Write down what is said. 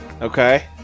Okay